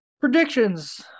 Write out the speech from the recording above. Predictions